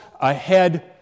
ahead